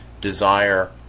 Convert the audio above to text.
Desire